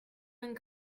and